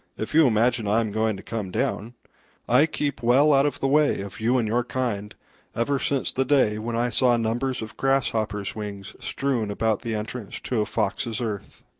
if you imagine i am going to come down i keep well out of the way of you and your kind ever since the day when i saw numbers of grasshoppers' wings strewn about the entrance to a fox's earth.